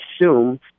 assume